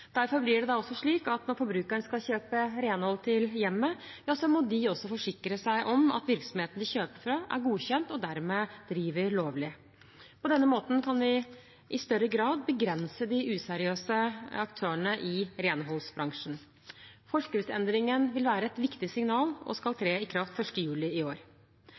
derfor slik at når forbrukere skal kjøpe renhold til hjemmet, må de også forsikre seg om at virksomheten de kjøper fra, er godkjent og dermed driver lovlig. På denne måten kan vi i større grad begrense de useriøse aktørene i renholdsbransjen. Forskriftsendringen vil være et viktig signal og skal tre i kraft 1. juli i år.